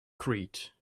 creed